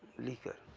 liquor.